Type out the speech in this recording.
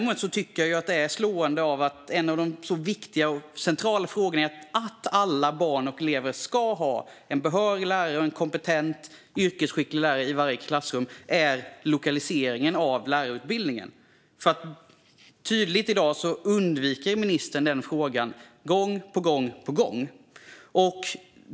Men en av de viktiga och centrala frågorna för att alla barn och elever ska kunna ha en behörig, kompetent och yrkesskicklig lärare i varje klassrum är lokaliseringen av lärarutbildningen. Ministern undviker den frågan gång på gång.